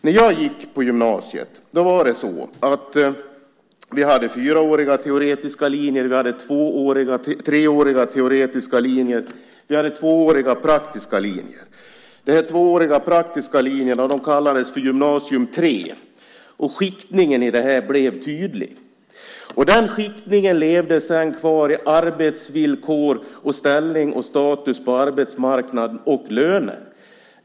När jag gick på gymnasiet hade vi fyraåriga teoretiska linjer, treåriga teoretiska linjer och tvååriga praktiska linjer. De tvååriga praktiska linjerna kallades gymnasium 3. Skiktningen blev tydlig. Den skiktningen levde sedan kvar i arbetsvillkor, ställning, status på arbetsmarknaden och löner.